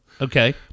Okay